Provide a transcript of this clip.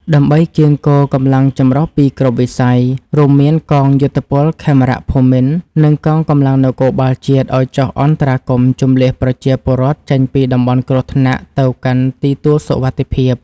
ដើម្បីកៀងគរកម្លាំងចម្រុះពីគ្រប់វិស័យ រួមមានកងយោធពលខេមរភូមិន្ទ និងកងកម្លាំងនគរបាលជាតិ ឱ្យចុះអន្តរាគមន៍ជម្លៀសប្រជាពលរដ្ឋចេញពីតំបន់គ្រោះថ្នាក់ទៅកាន់ទីទួលសុវត្ថិភាព។